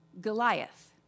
Goliath